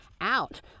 out